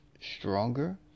stronger